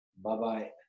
Bye-bye